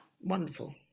Wonderful